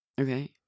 Okay